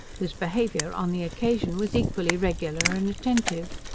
whose behaviour on the occasion was equally regular and attentive.